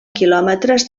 quilòmetres